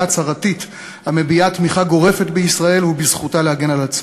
הצהרתית המביעה תמיכה גורפת בישראל ובזכותה להגן על עצמה.